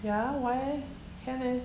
ya why eh can eh